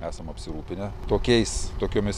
esam apsirūpinę tokiais tokiomis